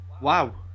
Wow